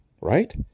right